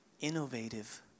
innovative